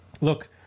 look